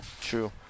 True